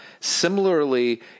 Similarly